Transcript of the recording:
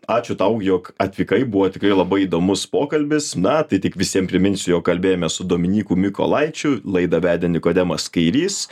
ačiū tau jog atvykai buvo tikrai labai įdomus pokalbis na tai tik visiem priminsiu jog kalbėjomės su dominyku mykolaičiu laidą vedė nikodemas kairys